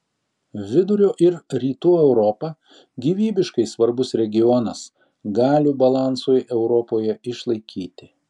vidurio ir rytų europa gyvybiškai svarbus regionas galių balansui europoje išlaikyti